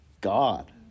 God